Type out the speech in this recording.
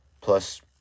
plus